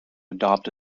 adopt